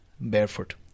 barefoot